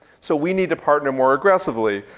so we need to partner more aggressively.